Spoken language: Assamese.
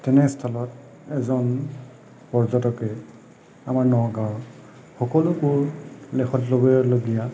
তেনেস্থলত এজন পৰ্যটকে আমাৰ নগাঁৱৰ সকলোবোৰ লেখতল'বলগীয়া